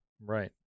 right